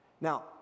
Now